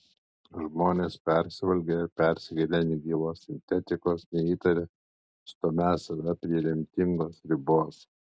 žmonės persivalgę ir persigėrę negyvos sintetikos neįtaria stumią save prie lemtingos ribos